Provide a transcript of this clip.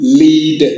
lead